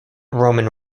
roman